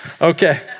Okay